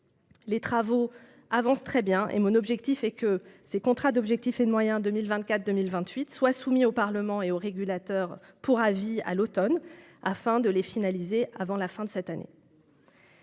Les travaux avancent très bien, et mon souhait est que ces contrats d'objectifs et de moyens 2024-2028 soient soumis pour avis au Parlement et au régulateur à l'automne prochain, pour les finaliser avant la fin de cette année.